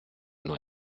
nur